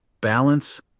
Balance